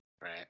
Right